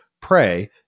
pray